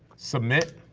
submit.